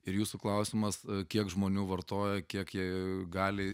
ir jūsų klausimas kiek žmonių vartoja kiek jie gali